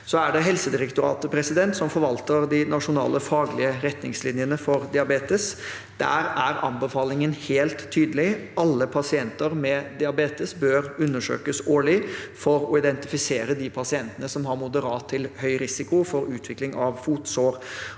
Det er Helsedirektoratet som forvalter de nasjonale faglige retningslinjene for diabetes. Der er anbefalingen helt tydelig: Alle pasienter med diabetes bør undersøkes årlig for å identifisere de pasientene som har moderat til økt risiko for utvikling av fotsår,